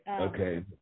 okay